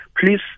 Please